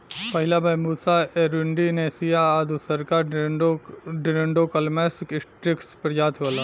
पहिला Bambusa arundinacea आ दूसरका डेन्ड्रोकैलामस स्ट्रीक्ट्स प्रजाति होला